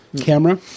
camera